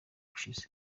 ushize